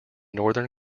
northern